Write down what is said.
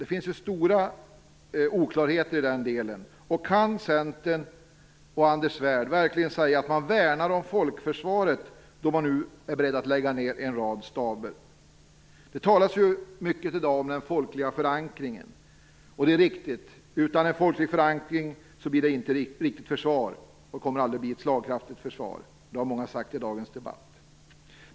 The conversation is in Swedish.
Det finns ju stora oklarheter i den delen. Och kan Centern och Anders Svärd verkligen säga att de värnar om folkförsvaret då de nu är beredda att lägga ned en rad staber? Det talas ju i dag mycket om den folkliga förankringen. Det är riktigt, att utan en folklig förankring kommer det aldrig att bli ett slagkraftigt försvar. Det har många sagt i dagens debatt.